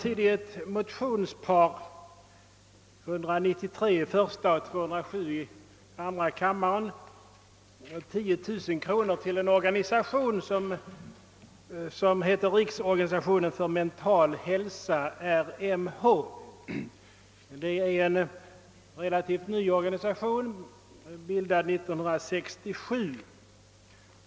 I motionsparet I:193 och II: 207 har vi emellertid yrkat att ett anslag om 10 000 kronor måtte utgå till en organisation som heter Riksorganisationen för mental hälsa . Det är en relativt ny sammanslutning, bildad 1967.